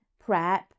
prep